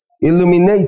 Illuminate